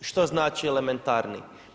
Što znači elementarniji?